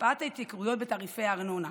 הקפאת התייקרויות בתעריפי ארנונה,